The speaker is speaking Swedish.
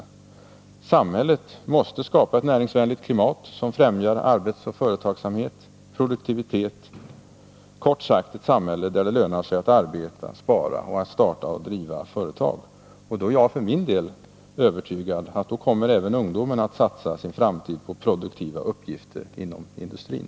Samhället måste skapa ett näringsvänligt klimat, som främjar arbetsoch företagsamhet samt produktivitet, kort sagt ett samhälle där det lönar sig att arbeta och spara samt att starta och driva företag. Under sådana förhållanden är jag för min del övertygad om att även ungdomen kommer att satsa på produktiva insatser inom industrin.